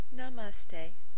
Namaste